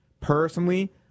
Personally